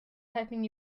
typing